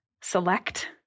select